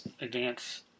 Advance